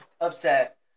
upset